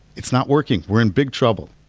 it's not working. we're in big trouble.